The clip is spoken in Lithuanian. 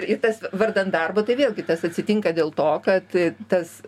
ir tas vardan darbo tai vėlgi tas atsitinka dėl to kad tas